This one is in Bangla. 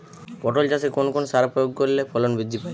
পটল চাষে কোন কোন সার প্রয়োগ করলে ফলন বৃদ্ধি পায়?